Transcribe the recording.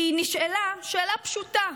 היא נשאלה שאלה פשוטה,